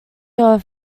your